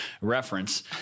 reference